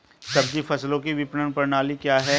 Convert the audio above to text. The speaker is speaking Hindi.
सब्जी फसलों की विपणन प्रणाली क्या है?